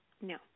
No